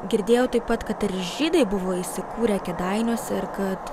girdėjau taip pat kad ir žydai buvo įsikūrę kėdainiuose ir kad